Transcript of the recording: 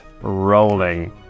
rolling